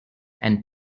and